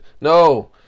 No